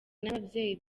n’ababyeyi